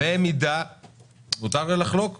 מניעת תכנוני מס,